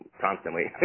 constantly